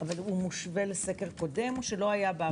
הוא מושווה לסקר לקודם או שלא היה בעבר?